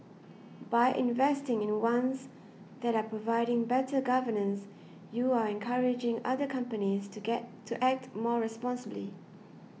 by investing in ones that are providing better governance you're encouraging other companies to act more responsibly